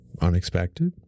unexpected